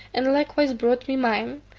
and likewise brought me mine,